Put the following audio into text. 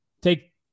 take